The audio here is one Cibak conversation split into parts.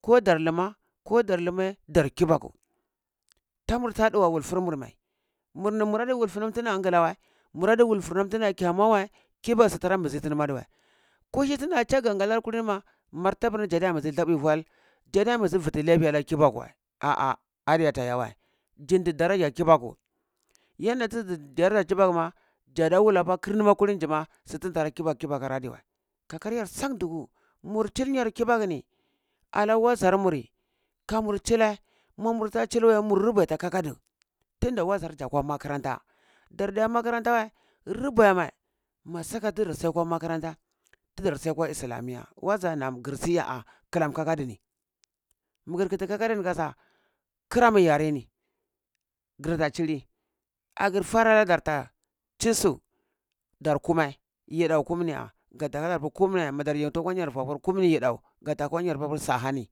Ko dar luma ko dar lumaye dar kibakuri tanur ta ɗuwa wulfur mur mai mur ni mura di wuful nam tiza ngla wəi muri di wulfu nam tiza kyam wəi, kibaku su tara buzu tini ma adiwəi, kuhi tinda cha ganga lar kulima martabar ni jah mbuzi jaəi dhaɓui val jada mbizi vutu laiti ala kibaku wa ah ah adi yata iyawei jin ndi darajar kibaku yanda tizi daraja kibaku ma jada wula pu kir kuli jima sutuntara kibaku kibaku kar wa adiwəi kakaryar san duku mur chil nyar kibakuni ala wazar muri kamur chilai ma murta chul wai, mu rabaita ka kakadu tunda wazar ja kwa makaranta, dardiya iya makaranta wai, rubaimai ma saka tizi si yakwa makaranta, tidar siya kwa islamiya, waza naan gir si ya klan kakaduni mu gir kiti kakaduni kasa karamu yare ni girta chili agri furaye darta chi su dar kumai yidau kum ni ah gata hapur kum ni eh girta hapur kum ni madar yu tinye kwa yar vua kum yidau? Ga kwa yar vua kur sa ahani,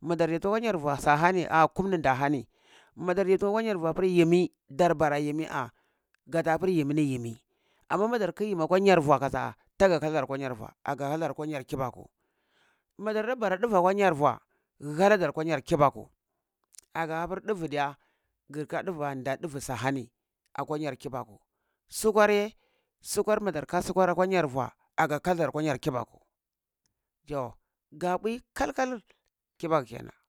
madar yu tinye kwa yar vua sani ah ani kumni nda hani, madar madar yu tinya vua pur yimi dar bara yimi ah gata pur yimi ni yimi amma mada kyi yimi akwa nyar vua kasa, taga kah lar akwa nya vua kah lar ka nya kibaku ma darda bara ɗuva kwa nyar vua, ghalar kwa nyar kibaku aga hapur ɗuvu diya ngir kah ɗuvu wa, nda ɗuvu sa hani akwa nyar kibaku, sukwarye, sukwar madar kah sukwar ka nyar vua, aga kadar kwa nyar kibaku, yo ga bui kakal kibaku kenan